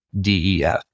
DEF